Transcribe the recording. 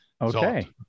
Okay